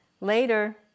Later